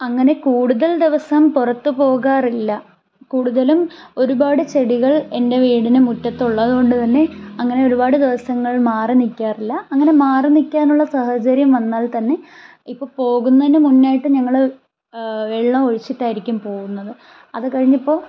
അങ്ങനെ കൂടുതൽ ദിവസം പുറത്ത് പോകാറില്ല കൂടുതലും ഒരുപാട് ചെടികൾ എൻ്റെ വീടിന് മുറ്റത്തുള്ളത് കൊണ്ട് തന്നെ അങ്ങനെ ഒരുപാട് ദിവസങ്ങൾ മാറി നിക്കാറില്ല അങ്ങനെ മാറി നിൽക്കാനുള്ള സാഹചര്യം വന്നാൽ തന്നെ ഇപ്പോൾ പോകുന്നതിന് മുൻപായിട്ട് ഞങ്ങൾ വെള്ളം ഒഴിച്ചിട്ടായിരിക്കും പോവുന്നത് അത് കഴിഞ്ഞപ്പോൾ